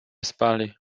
spali